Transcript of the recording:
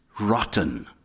rotten